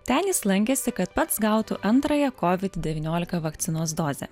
ten jis lankėsi kad pats gautų antrąją kovid devyniolika vakcinos dozę